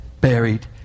buried